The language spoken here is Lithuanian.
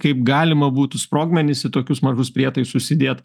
kaip galima būtų sprogmenis į tokius mažus prietaisus įdėt